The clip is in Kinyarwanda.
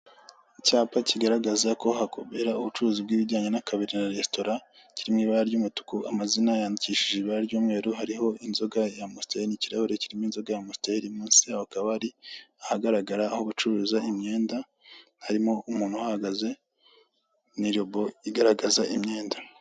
Icyapa kigaragaza ko hakorera ubucuruzi bw'ibijyanye n'akabari na resitora, kiri mu ibara ry'umutuku, amazina yandikishije ibara ry'umweru, hariho inzoga ya amusiteri n'ikirahure kirimo inzoga ya amusiteri, munsi yaho hakaba hari ahagaraga ho gucuruza imyenda, hari umuntu uhahagaze, ni robo igaragaza imyenda.